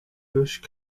bush